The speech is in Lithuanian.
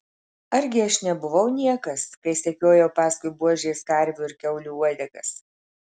argi aš nebuvau niekas kai sekiojau paskui buožės karvių ir kiaulių uodegas